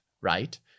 right